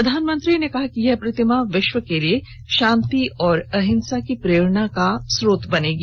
प्रधानमंत्री ने कहा कि यह प्रतिमा विश्व के लिए शांति और अहिंसा की प्रेरणा का स्रोत बनेगी